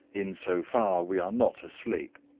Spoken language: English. in so far we are not asleep.